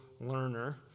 learner